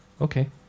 Okay